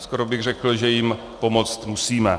Skoro bych řekl, že jim pomoci musíme.